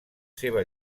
seva